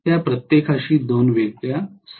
त्या प्रत्येकाशी दोन वेगळ्या स्लिप्स आहेत